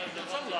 לא.